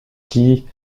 qui